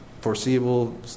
foreseeable